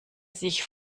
sich